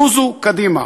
זוזו קדימה.